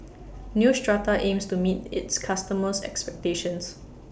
Neostrata aims to meet its customers' expectations